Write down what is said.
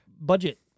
budget